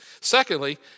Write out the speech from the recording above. Secondly